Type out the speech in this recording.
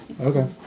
Okay